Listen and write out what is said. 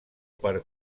per